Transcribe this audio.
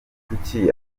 kuki